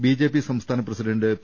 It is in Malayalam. ബിജെപി സംസ്ഥാന പ്രസിഡന്റ് പി